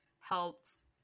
helps